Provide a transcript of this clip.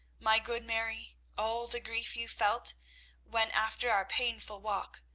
my good mary, all the grief you felt when, after our painful walk,